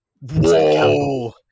Whoa